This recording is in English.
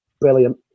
Brilliant